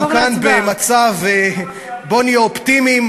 אנחנו כאן במצב, בוא נהיה אופטימיים.